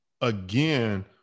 again